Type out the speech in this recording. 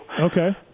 Okay